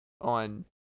on